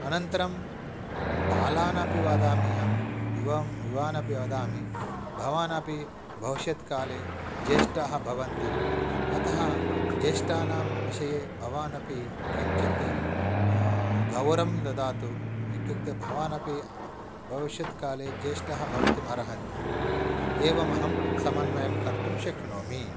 अनन्तरं बालानपि वदामि अहं युवं युवानपि वदामि भवान् अपि भविष्यति काले ज्येष्ठाः भवन्ति अतः ज्येष्ठानां विषये भवानपि किञ्चित् गौरं ददातु इत्युक्ते भवानपि भविष्यत्काले ज्येष्ठाः भवितुम् अर्हन्ति एवम् अहं समन्वयं कर्तुं शक्नोमि